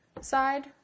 side